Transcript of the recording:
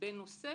בנושא